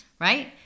Right